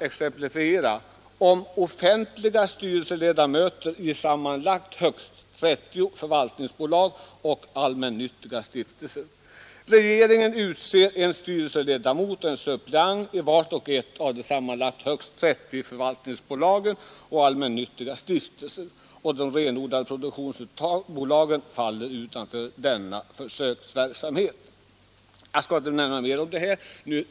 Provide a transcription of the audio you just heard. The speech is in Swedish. exemplifiera, nämligen den som gäller offentliga styrelseledamöter i sammanlagt högst 30 förvaltningsbolag och allmännyttiga stiftelser. Regeringen utser en styrelseledamot och en suppleant i vart och ett av sammanlagt högst 30 förvaltningsbolag och allmännyttiga stiftelser. De renodlade produktionsbolagen faller utanför denna försöksverksamhet. Jag skall inte nämna mer om det nu.